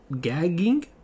gagging